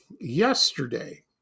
yesterday